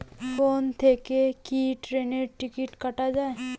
Phone থেকে কি ট্রেনের টিকিট কাটা য়ায়?